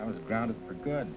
i was grounded for good